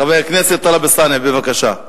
חבר הכנסת טלב אלסאנע, בבקשה.